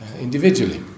individually